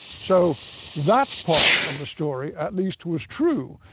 so that part of the story at least was true,